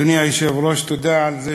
אדוני היושב-ראש, תודה על זה